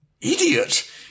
idiot